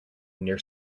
near